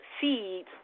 seeds